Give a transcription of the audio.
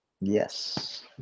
Yes